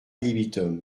libitum